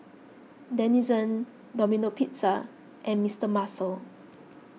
Denizen Domino Pizza and Mister Muscle